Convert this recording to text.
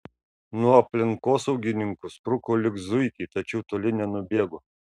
nuo aplinkosaugininkų spruko lyg zuikiai tačiau toli nenubėgo